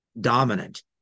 dominant